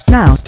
now